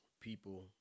people